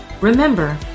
Remember